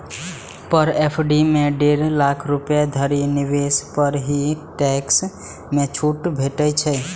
पर FD मे डेढ़ लाख रुपैया धरि निवेश पर ही टैक्स मे छूट भेटै छै